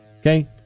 Okay